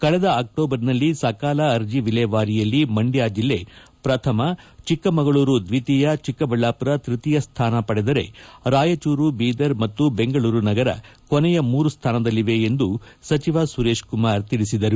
ಕಳೆದ ಅಕ್ಸೋಬರ್ನಲ್ಲಿ ಸಕಾಲ ಅರ್ಜಿ ವಿಲೇವಾರಿಯಲ್ಲಿ ಮಂಡ್ಯ ಜಿಲ್ಲೆ ಪ್ರಥಮ ಚಿಕ್ಕಮಗಳೂರು ದ್ವಿತೀಯ ಚಿಕ್ಕಬಳ್ಳಾಪುರ ತೃತೀಯ ಸ್ಥಾನ ಪಡೆದರೆ ರಾಯಜೂರು ಬೀದರ್ ಮತ್ತು ಬೆಂಗಳೂರು ನಗರ ಕೊನೆಯ ಮೂರು ಸ್ವಾನದಲ್ಲಿವೆ ಎಂದು ಸಚಿವ ಸುರೇಶಕುಮಾರ್ ಹೇಳಿದರು